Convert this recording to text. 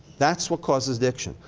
that's what causes addiction.